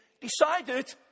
decided